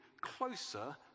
closer